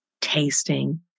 tasting